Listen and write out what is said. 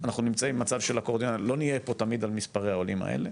אנחנו לא תמיד נהיה פה על מספרי העולים האלה,